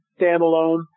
standalone